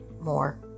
more